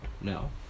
No